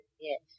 Yes